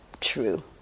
true